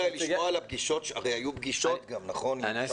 היו גם פגישות, אפשר לשמוע עליהן?